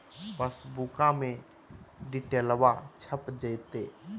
पासबुका में डिटेल्बा छप जयते?